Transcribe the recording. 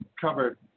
covered